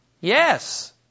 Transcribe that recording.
Yes